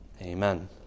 amen